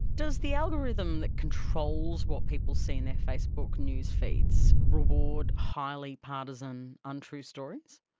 does the algorithm that controls what people see in their facebook newsfeeds reward highly partisan untrue stories?